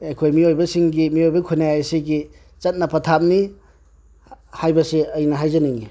ꯑꯩꯈꯣꯏ ꯃꯤꯑꯣꯏꯕꯁꯤꯡꯒꯤ ꯃꯤꯑꯣꯏꯕ ꯈꯨꯟꯅꯥꯏ ꯑꯁꯤꯒꯤ ꯆꯠꯅ ꯄꯊꯥꯞꯅꯤ ꯍꯥꯏꯕꯁꯤ ꯑꯩꯅ ꯍꯥꯏꯖꯅꯤꯡꯉꯤ